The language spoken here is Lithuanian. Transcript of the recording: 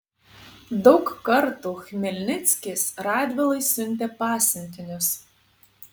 daug kartų chmelnickis radvilai siuntė pasiuntinius